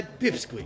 pipsqueak